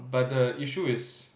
but the issue is